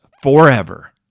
forever